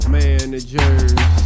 managers